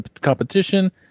competition